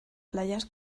playas